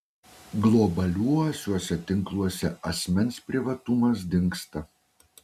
globaliuosiuose tinkluose asmens privatumas dingsta